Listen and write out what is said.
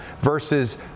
versus –